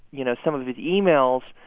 you know, some of his emails.